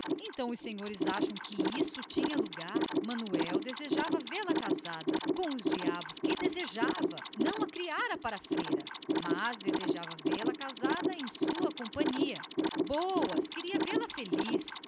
então os senhores achavam que isso tinha cabimento ele desejava vê-la casada por deus que desejava não a criara pra feira mas com um milhão de raios desejava vê-la casada em sua companhia queria vê-la feliz